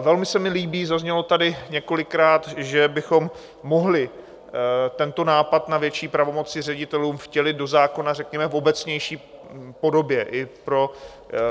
Velmi se mi líbí zaznělo tady několikrát že bychom mohli tento nápad na větší pravomoci ředitelům vtělit do zákona, řekněme v obecnější podobě i pro